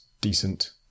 decent